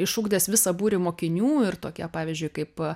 išugdęs visą būrį mokinių ir tokie pavyzdžiui kaip